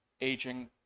aging